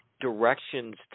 directions